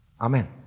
Amen